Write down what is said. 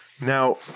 now